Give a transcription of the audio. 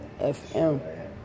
fm